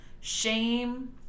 shame